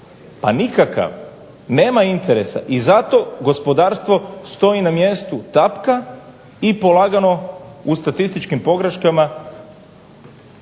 Pa nikakav! Nema interesa. I zato gospodarstvo stoji na mjestu, tapka i polagano u statističkim pogreškama